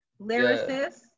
lyricist